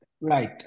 right